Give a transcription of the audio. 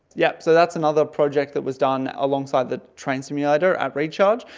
yes, so that's another project that was done alongside the train simulator, at recharge.